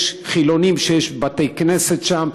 יש חילונים שיש בתי כנסת שם,